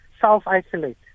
self-isolate